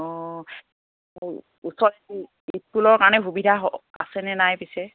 অঁ ওচৰত স্কুলৰ কাৰণে সুবিধা হ আছেনে নাই পিছে